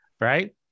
Right